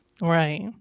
right